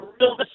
real